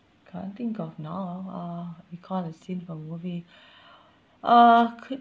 can't think of now uh recall a scene from movie uh could